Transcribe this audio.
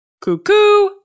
cuckoo